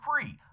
free